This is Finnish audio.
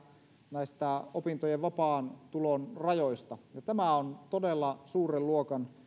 näistä opiskelijan vapaan tulon rajoista ja tämä on todella suuren luokan